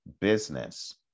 business